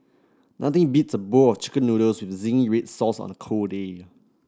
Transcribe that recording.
nothing beats a bowl of chicken noodles with zingy red sauce on a cold day